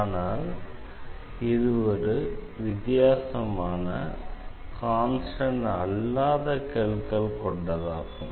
ஆனால் இது ஒரு வித்தியாசமான கான்ஸ்டண்ட் அல்லாத கெழுக்கள் கொண்டதாகும்